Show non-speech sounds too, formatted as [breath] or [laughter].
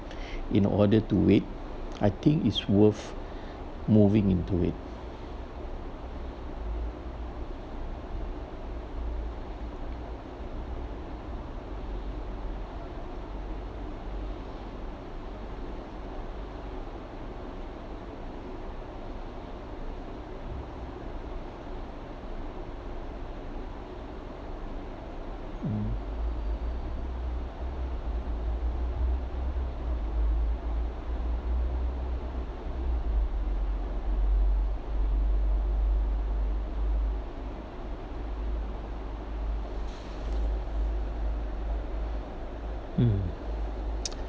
[breath] in order to wait I think is worth moving into it mm mm